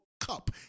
cup